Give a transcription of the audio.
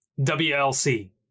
WLC